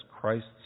Christ's